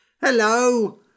Hello